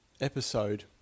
episode